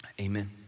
Amen